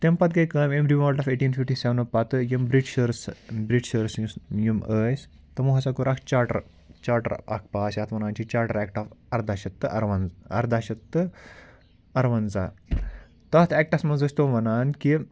تَمہِ پَتہٕ گٔے کٲم أمۍ revolt of eighteen fifty seven پَتہٕ یِم بِرٛٹشٲرٕس بِرٛٹشٲرٕس یُس یِم ٲسۍ تِمو ہَسا کوٚر اکھ چاٹَر چاٹَر اکھ پاس یَتھ وَنان چھِ چاٹَر اٮ۪کٹ آف اَرداہ شَتھ تہٕ اَروَن اَرداہ شَتھ تہٕ اَروَنٛزاہ تَتھ ایٚکٹَس منٛز ٲسۍ تِم وَنان کہِ